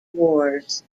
wars